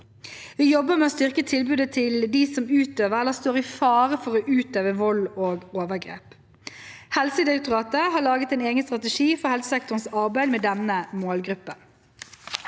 Vi jobber med å styrke tilbudet til dem som utøver – eller står i fare for å utøve – vold og overgrep. Helsedirektoratet har laget en egen strategi for helsesektorens arbeid med denne målgruppen.